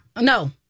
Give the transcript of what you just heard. No